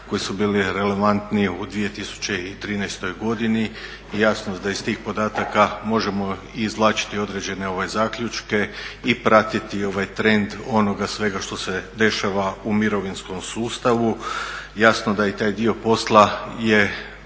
koji su bili relevantni u 2013. godini. I jasno da iz tih podataka možemo i izvlačiti određene zaključke i pratiti trend onoga svega što se dešava u mirovinskom sustavu. Jasno da i taj dio posla je